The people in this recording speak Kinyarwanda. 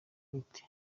bite